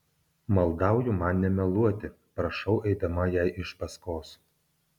maldauju man nemeluoti prašau eidama jai iš paskos